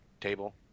table